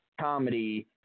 comedy